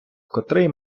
котрий